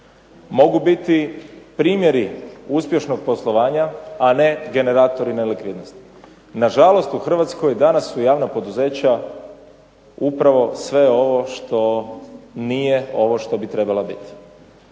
Mogu biti primjeri uspješnog poslovanja, a ne generatori nelikvidnosti. Nažalost u Hrvatskoj su javna poduzeća upravo sve ovo što nije ovo što bi trebala biti.